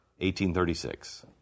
1836